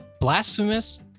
blasphemous